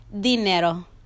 dinero